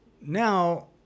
now